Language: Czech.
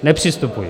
Nepřistupuji.